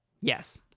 Yes